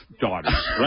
daughters